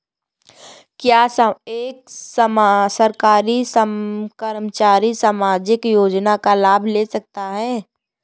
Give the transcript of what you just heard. क्या एक सरकारी कर्मचारी सामाजिक योजना का लाभ ले सकता है?